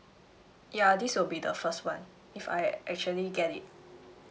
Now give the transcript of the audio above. ya this will be the first one if I actually get it